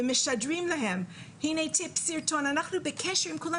ומשדרים להם - אנחנו בקשר עם כולם.